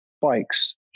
bikes